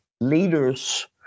Leaders